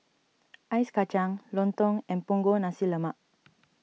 Ice Kacang Lontong and Punggol Nasi Lemak